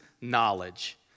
knowledge